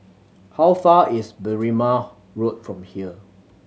how far is Berrima Road from here